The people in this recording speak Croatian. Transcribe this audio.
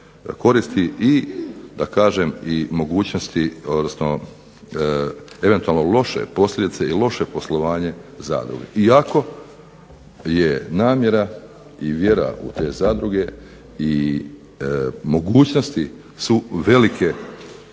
koristi mogućnosti odnosno eventualna posljedice, loše poslovanje zadruge. Iako je namjera i vjera u te zadruge i mogućnosti su velike